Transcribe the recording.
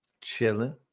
Chilling